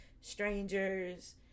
strangers